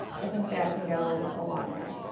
i think that can go a long way.